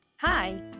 Hi